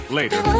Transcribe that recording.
later